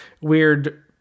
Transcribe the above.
weird